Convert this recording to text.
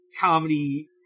comedy